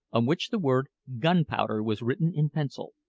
on which the word gunpowder was written in pencil.